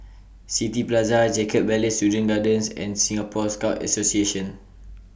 City Plaza Jacob Ballas Children's Gardens and Singapore Scout Association